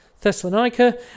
Thessalonica